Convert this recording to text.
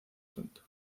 tanto